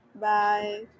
Bye